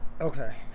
okay